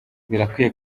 birakwiye